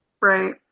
Right